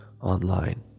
online